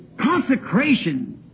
consecration